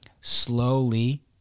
slowly